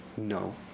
No